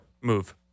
move